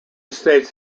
states